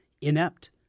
inept